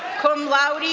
cum laude,